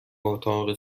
اتاق